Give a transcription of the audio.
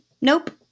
nope